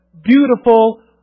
beautiful